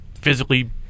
physically